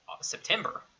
September